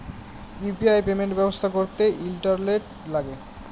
UPI payment ব্যবস্থা ক্যরতে internet ল্যাগে